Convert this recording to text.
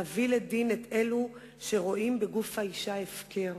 להביא לדין את אלו שרואים בגוף האשה הפקר.